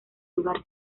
lugar